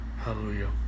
Hallelujah